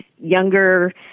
younger